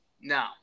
No